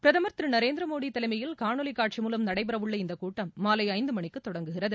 பிரதமர் திரு நரேந்திர மோடி தலைமையில் காணொலி காட்சி மூலம் நடைபெற உள்ள இந்தக் கூட்டம் மாலை ஐந்து மணிக்கு தொடங்குகிறது